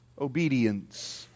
obedience